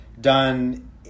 done